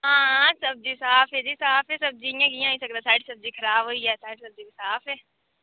आं सब्जी साफ जी साफ ऐ सब्जी इ'यां कियां होई सकदा साढ़ी सब्जी खराब होई आ साढ़ी सब्जी ते साफ ऐ